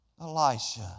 Elisha